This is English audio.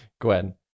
Gwen